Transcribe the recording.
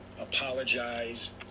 apologize